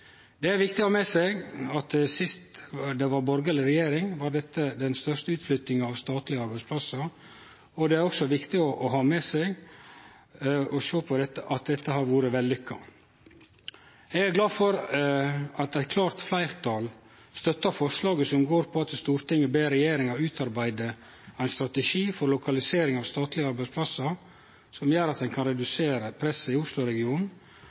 Det er viktig å ha med seg at sist det var borgarleg regjering, var det den største utflyttinga av statlege arbeidsplassar, og det er også gledeleg å sjå at dette har vore vellukka. Eg er glad for at eit klart fleirtal støttar forslaget som går på at Stortinget ber regjeringa utarbeide ein strategi for lokalisering av statlege arbeidsplassar som gjer at ein kan redusere presset i Osloregionen